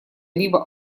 либо